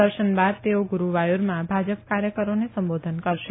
દર્શન બાદ તેઓ ગુરૂવાયુરમાં ભાજપ કાર્યકરોને સંબોધશે